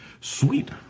Sweet